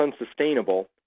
unsustainable